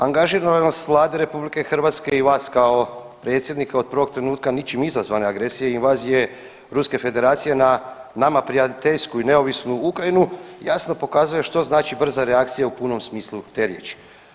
Angažiranost Vlade RH i vas kao predsjednika, od prvog trenutka ničim izazvane agresije i invazije Ruske Federacije na nama prijateljsku i neovisnu Ukrajinu jasno pokazuje što znači brza reakcija u punom smislu te riječi.